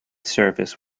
service